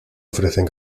ofrecen